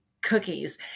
cookies